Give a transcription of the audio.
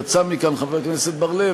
יצא מכאן חבר הכנסת בר-לב,